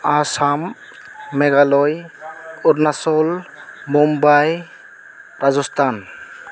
Assam Meghalaya Arunachal Mumbai Rajasthan